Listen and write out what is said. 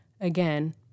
Again